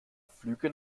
flüge